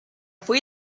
fue